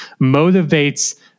motivates